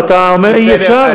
ואתה אומר "אי-אפשר"?